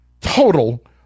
total